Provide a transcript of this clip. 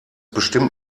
bestimmt